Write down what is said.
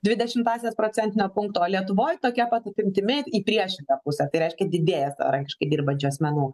dvi dešimtąsias procentinio punkto o lietuvoj tokia pat apimtimi į priešingą pusę tai reiškia didėja savarankiškai dirbančių asmenų